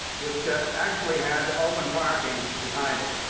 which actually had open parking behind it.